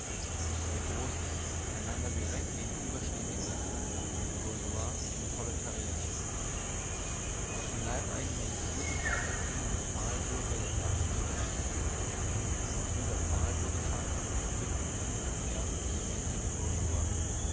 in zwei große einander direkt gegenüberstehende klassen bourgeoisie und proletariat aus den leibeigenen des mittelalters gingen die pfahlbürger der ersten städte hervor aus dieser pfahlbürgerschaft entwickelten sich die ersten elemente der